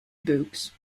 books